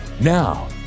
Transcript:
Now